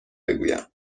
بگویم